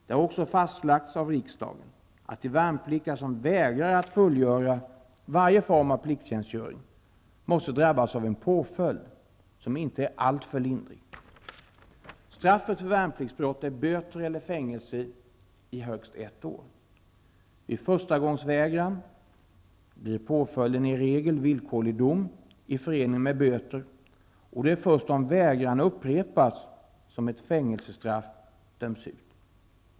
Det har också fastlagts av riksdagen att de värnpliktiga som vägrar att fullgöra varje form av plikttjänstgöring måste drabbas av en påföljd, som inte är alltför lindrig. Straffet för värnpliktsbrott är böter eller fängelse i högst ett år. Vid förstagångsvägran blir påföljden i regel villkorlig dom i förening med böter och det är först om vägran upprepas som ett fängelsestraff döms ut.